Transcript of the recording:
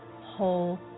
whole